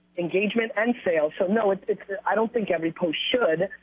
engagement and sales. so, no, it i don't think every post should,